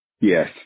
Yes